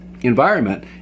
environment